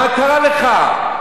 08:00 זו לא שעה, מה קרה לך?